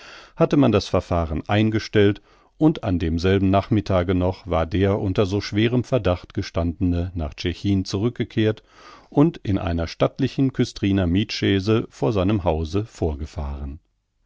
hatte man das verfahren eingestellt und an demselben nachmittage noch war der unter so schwerem verdacht gestandene nach tschechin zurückgekehrt und in einer stattlichen küstriner miethschaise vor seinem hause vorgefahren